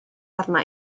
arna